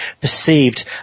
perceived